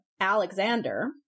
Alexander